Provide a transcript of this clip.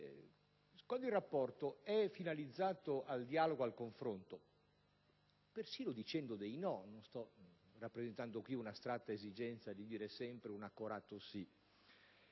un po' estremi) è finalizzato al dialogo e al confronto, persino dicendo dei no (non sto rappresentando qui un'astratta esigenza di dire sempre un accorato sì),